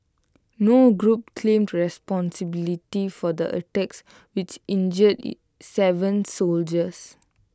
no group claimed responsibility for the attacks which injured Seven soldiers